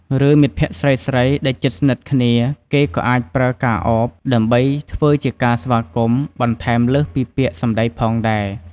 ឬ មិត្តភក្ដិស្រីៗដែលជិតស្និទ្ធគ្នា គេក៏អាចប្រើការឱប ដើម្បីធ្វើជាការស្វាគមន៍ បន្ថែមលើសពីពាក្យសម្ដីផងដែរ។